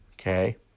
okay